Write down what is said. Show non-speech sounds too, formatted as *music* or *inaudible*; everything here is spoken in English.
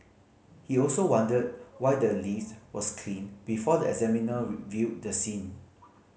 he also wondered why the list was cleaned before the examiner *unintelligible* viewed the scene